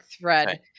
thread